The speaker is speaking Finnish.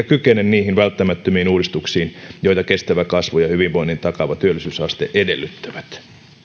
kykene niihin välttämättömiin uudistuksiin joita kestävä kasvu ja hyvinvoinnin takaava työllisyysaste edellyttävät